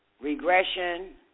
regression